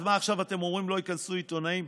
אז מה, עכשיו אתם אומרים שלא ייכנסו עיתונאים?